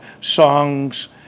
songs